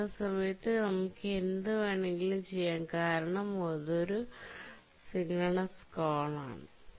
ചെയ്യുന്ന സമയത് നമുക്കു എന്ത് വേണമെങ്കിലും ചെയ്യാം കാരണം അത് ഒരു സിൻക്രൊന്സ് കാൾ ആണ്